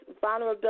vulnerability